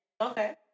Okay